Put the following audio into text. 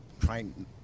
trying